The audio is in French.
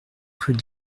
rue